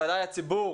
בוודאי הציבור